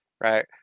right